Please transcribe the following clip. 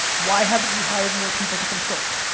why haven't you hired more people to consult?